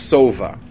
Sova